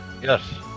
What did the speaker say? Yes